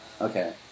Okay